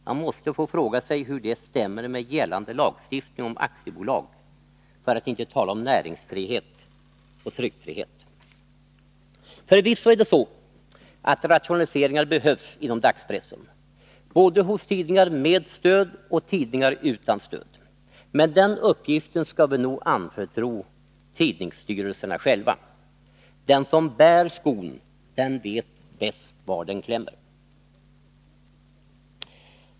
Man måste fråga sig hur detta stämmer med gällande lagstiftning om aktiebolag, för att inte tala om näringsfrihet och tryckfrihet. Förvisso är det så att rationaliseringar behövs inom dagspressen, både hos tidningar med stöd och hos tidningar utan stöd. Men den uppgiften skall vi nog anförtro tidningsstyrelserna själva. Den som bär skon vet bäst var den klämmer.